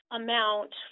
amount